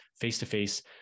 face-to-face